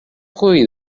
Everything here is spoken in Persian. خوبی